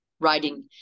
writing